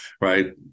right